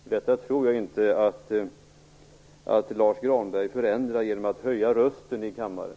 Detta tror jag inte att Lars U Granberg förändrar genom att höja rösten i kammaren.